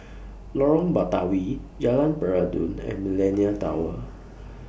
Lorong Batawi Jalan Peradun and Millenia Tower